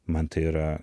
man tai yra